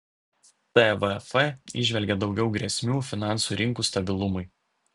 tvf įžvelgia daugiau grėsmių finansų rinkų stabilumui